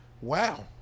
Wow